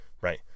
right